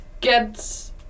get